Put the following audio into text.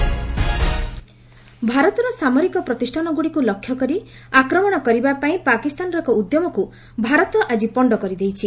India Pakistan ଭାରତର ସାମରିକ ପ୍ରତିଷ୍ଠାନଗୁଡ଼ିକୁ ଲକ୍ଷ୍ୟ କରି ଆକ୍ରମଣ କରିବାପାଇଁ ପାକିସ୍ତାନର ଏକ ଉଦ୍ୟମକୁ ଭାରତ ଆଜି ପଣ୍ଡ କରିଦେଇଛି